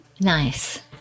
Nice